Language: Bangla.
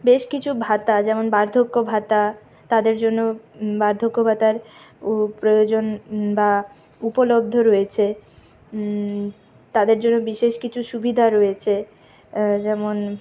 বেশ কিছু ভাতা যেমন বার্ধক্য ভাতা তাদের জন্য বার্ধক্য ভাতার প্রয়োজন বা উপলব্ধ রয়েছে তাদের জন্য বিশেষ কিছু সুবিধা রয়েছে যেমন